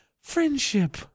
friendship